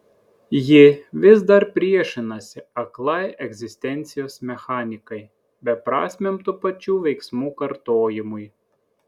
ji vis dar priešinasi aklai egzistencijos mechanikai beprasmiam tų pačių veiksmų kartojimui